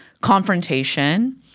confrontation